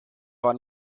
war